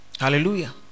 Hallelujah